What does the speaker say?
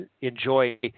enjoy